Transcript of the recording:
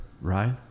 right